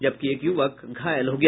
जबकि एक युवक घायल हो गया